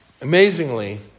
Amazingly